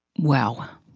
wow.